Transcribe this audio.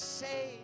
say